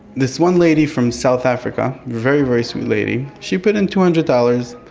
this one lady from south africa, very, very sweet lady, she put in two hundred dollars